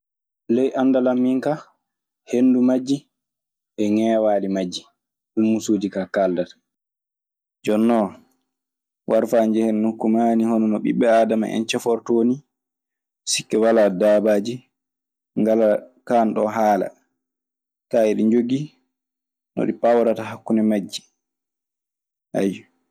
Ley anndal an min ka henndu majji e ŋewaali majji, musuuji ka kaaldata. jonnon, "war faa njehen nokku maani". Hono no ɓiɓɓe aadama en cefortoo nii, sikke walaa daabaaji ngalaa kaanɗon haala. Kaa, iɗi njogii no ɗi paamrata hakkunde majji.